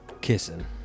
kissing